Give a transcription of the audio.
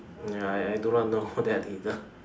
ya I I do not know that either